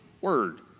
word